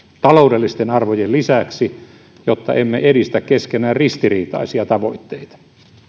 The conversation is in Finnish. taloudellisten arvojen lisäksi jotta emme edistä keskenään ristiriitaisia tavoitteita